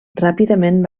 ràpidament